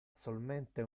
solmente